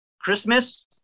Christmas